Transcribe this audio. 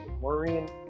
worrying